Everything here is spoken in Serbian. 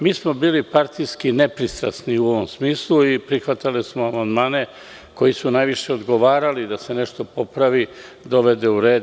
Mi smo bili partijski nepristrasni u ovom smislu i prihvatali smo amandmane koji su najviše odgovarali da se nešto popravi i dovede u red.